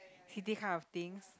city kind of things